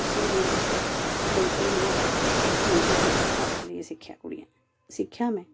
कुसे गी नी कोई एह् नी आक्खे कि एह्दे कक्ख नी सिक्खेआ कुड़ियें सिक्खेआ मैं